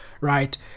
right